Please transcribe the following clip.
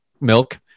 milk